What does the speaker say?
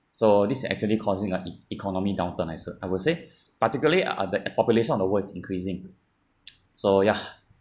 so this actually causing a e~ economy downturn I sa~ I would say particularly ah ah that uh population on the world is increasing so ya